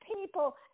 people